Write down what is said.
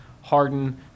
Harden